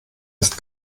ist